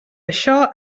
això